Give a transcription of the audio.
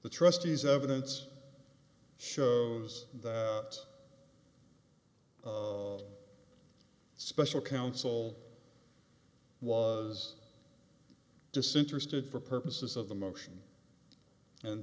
the trustees evidence shows that the special counsel was disinterested for purposes of the motion and